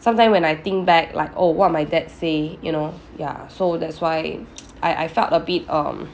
sometime when I think back like oh what my dad say you know ya so that's why I I felt a bit um